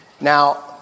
Now